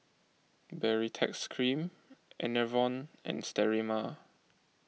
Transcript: Baritex Cream Enervon and Sterimar